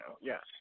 yes